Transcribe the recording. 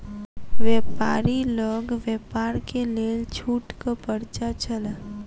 व्यापारी लग व्यापार के लेल छूटक पर्चा छल